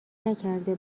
نکرده